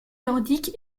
nordique